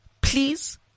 Please